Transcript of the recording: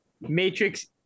Matrix